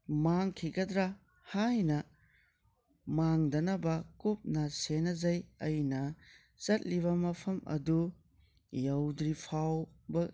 ꯃꯥꯡꯈꯤꯒꯗ꯭ꯔ ꯍꯥꯏꯅ ꯃꯥꯡꯗꯅꯕ ꯀꯨꯞꯅ ꯁꯦꯟꯅꯖꯩ ꯑꯩꯅ ꯆꯠꯂꯤꯕ ꯃꯐꯝ ꯑꯗꯨ ꯌꯧꯗ꯭ꯔꯤꯐꯥꯎꯕ